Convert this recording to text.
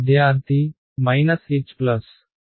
విద్యార్థి H